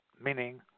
meaning